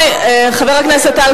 חבר הכנסת חסון,